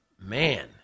man